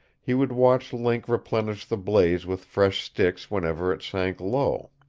he would watch link replenish the blaze with fresh sticks whenever it sank low.